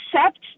accept